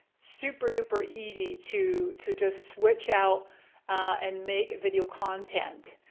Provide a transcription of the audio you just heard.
super duper easy to to just switch out and make video content.